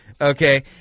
okay